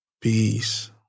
Peace